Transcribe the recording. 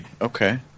okay